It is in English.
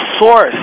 source